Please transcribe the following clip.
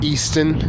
Easton